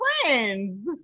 friends